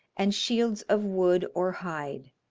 and shields of wood or hide.